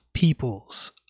peoples